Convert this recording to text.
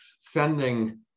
sending